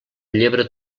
llebre